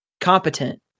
competent